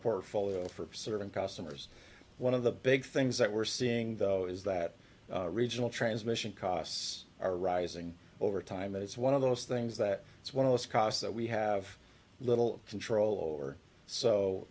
portfolio for serving customers one of the big things that we're seeing though is that regional transmission costs are rising over time as one of those things that it's one of those costs that we have little control over so